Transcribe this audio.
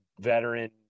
veteran